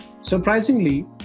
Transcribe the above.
Surprisingly